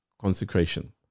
consecration